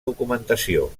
documentació